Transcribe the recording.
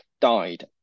died